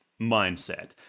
mindset